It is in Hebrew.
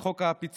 את חוק הפיצול,